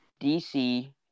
DC